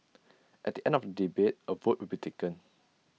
at the end of the debate A vote will be taken